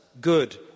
good